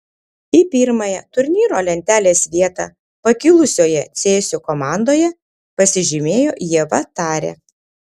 į pirmąją turnyro lentelės vietą pakilusioje cėsių komandoje pasižymėjo ieva tarė